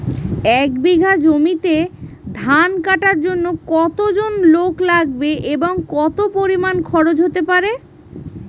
এক বিঘা জমিতে ধান কাটার জন্য কতজন লোক লাগবে এবং কত পরিমান খরচ হতে পারে?